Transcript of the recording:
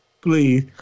Please